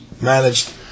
managed